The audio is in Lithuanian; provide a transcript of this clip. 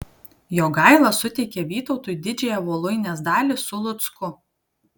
jogaila suteikė vytautui didžiąją voluinės dalį su lucku